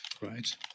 right